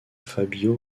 fabio